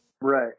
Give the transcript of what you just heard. right